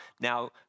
now